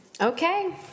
okay